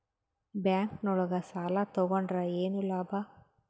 Bank ನೊಳಗ ಸಾಲ ತಗೊಂಡ್ರ ಏನು ಲಾಭ?